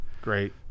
great